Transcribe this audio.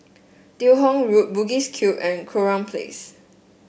Teo Hong Road Bugis Cube and Kurau Place